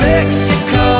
Mexico